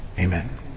Amen